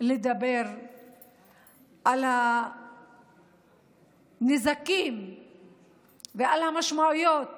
לדבר על הנזקים ועל המשמעויות